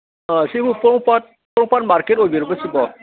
ꯁꯤꯕꯨ ꯄꯣꯔꯣꯝꯄꯥꯠ ꯄꯣꯔꯣꯝꯄꯥꯠ ꯃꯥꯔꯀꯦꯠ ꯑꯣꯏꯕꯤꯔꯕ꯭ꯔꯣ ꯁꯤꯕꯣ